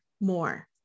more